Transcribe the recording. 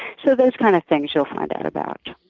so those kind of things, you'll find out about.